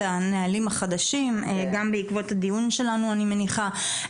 הנהלים החדשים גם בעקבות הדיון שלנו אני מניחה,